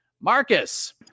marcus